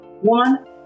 one